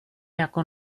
jako